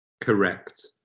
correct